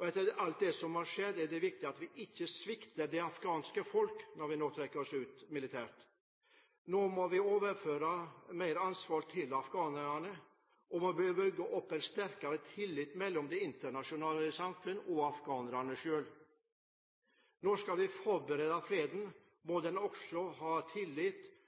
Etter alt det som har skjedd, er det viktig at vi ikke svikter det afghanske folk når vi nå trekker oss ut militært. Nå må vi overføre mer ansvar til afghanerne, og vi må bygge opp en sterkere tillit mellom det internasjonale samfunn og afghanerne selv. Når vi skal forberede freden, må den også ha tillit